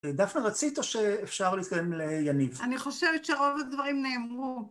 דפנה רצית? או שאפשר להתקדם ליניב? אני חושבת שרוב הדברים נאמרו.